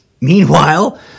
Meanwhile